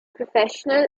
professional